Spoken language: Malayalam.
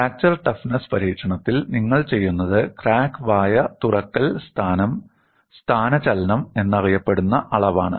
ഫ്രാക്ചർ ടഫ്നെസ് പരീക്ഷണത്തിൽ നിങ്ങൾ ചെയ്യുന്നത് ക്രാക്ക് വായ തുറക്കൽ സ്ഥാനചലനം എന്നറിയപ്പെടുന്ന അളവാണ്